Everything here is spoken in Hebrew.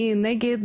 מי נגד?